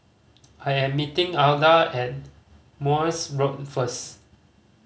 I am meeting Alda at Morse Road first